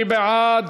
מי בעד?